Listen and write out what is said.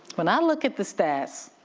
when i look at the stats,